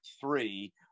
three